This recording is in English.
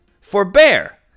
Forbear